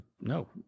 no